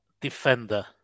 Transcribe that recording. defender